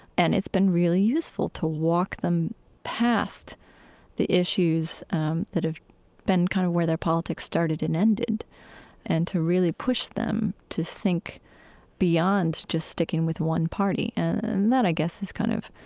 and it's been really useful to walk them past the issues um that have been kind of where their politics started and ended and to really push them to think beyond just sticking with one party. and that, i guess, is kind of